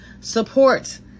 support